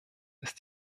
ist